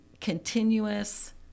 continuous